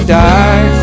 die